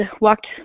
walked